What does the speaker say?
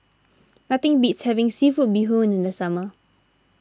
nothing beats having Seafood Bee Hoon in the summer